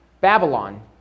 Babylon